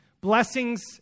Blessings